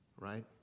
right